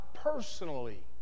personally